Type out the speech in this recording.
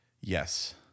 Yes